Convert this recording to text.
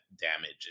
damage